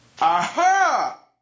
Aha